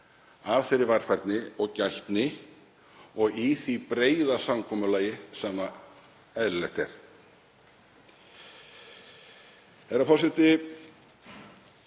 af þeirri varfærni og gætni og í því breiða samkomulagi sem eðlilegt er.